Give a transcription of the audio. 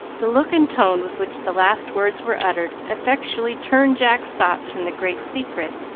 the look and tone with which the last words were uttered effectually turned jack's thoughts from the great secret,